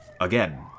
again